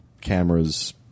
cameras